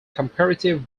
comparative